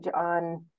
on